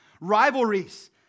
Rivalries